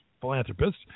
philanthropists